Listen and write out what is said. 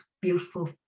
beautiful